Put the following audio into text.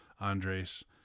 Andres